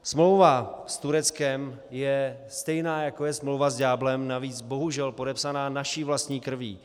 Smlouva s Tureckem je stejná, jako je smlouva s ďáblem, navíc bohužel podepsaná naší vlastní krví.